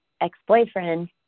ex-boyfriend